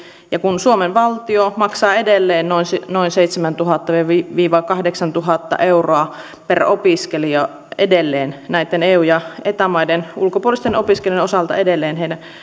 ja kun suomen valtio maksaa edelleen noin seitsemäntuhatta viiva viiva kahdeksantuhatta euroa per opiskelija näitten eu ja eta maiden ulkopuolisten opiskelijoiden osalta heidän